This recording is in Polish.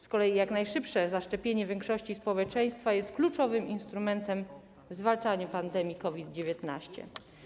Z kolei jak najszybsze zaszczepienie większości społeczeństwa jest kluczowym instrumentem przy zwalczaniu pandemii COVID-19.